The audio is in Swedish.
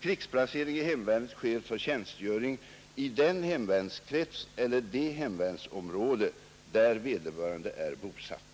Krigsplacering i hemvärnet sker för tjänstgöring i den hemvärnskrets eller det hemvärnsområde där vederbörande är bosatt.